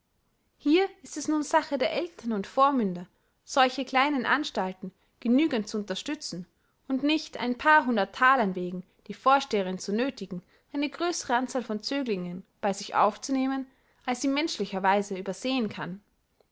hier ist es nun sache der eltern und vormünder solche kleine anstalten genügend zu unterstützen und nicht ein paar hundert thalern wegen die vorsteherin zu nöthigen eine größere anzahl von zöglingen bei sich aufzunehmen als sie menschlicherweise übersehen kann